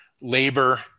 labor